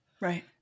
Right